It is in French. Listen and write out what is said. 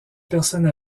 personnes